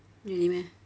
really meh